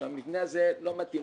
שהמבנה הזה לא מתאים.